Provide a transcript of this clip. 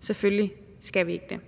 Selvfølgelig skal vi ikke det.